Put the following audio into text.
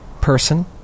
person